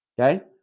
okay